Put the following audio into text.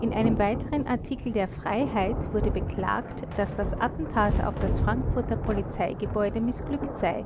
in einem weiteren artikel der freiheit wurde beklagt daß das attentat auf das frankfurter polizeigebäude mißglückt sei